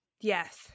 Yes